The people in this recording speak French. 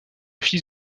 fils